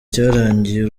cyarangiye